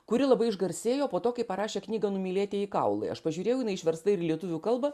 kuri labai išgarsėjo po to kai parašė knygą numylėtieji kaulai aš pažiūrėjau jinai išversta ir į lietuvių kalbą